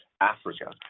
Africa